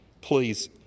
please